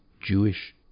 Jewish